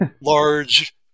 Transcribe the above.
large